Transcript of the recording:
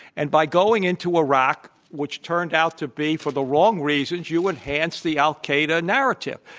and by going into iraq, which turned out to be for the wrong reasons, you enhance the al-qaeda narrative.